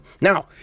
Now